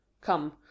come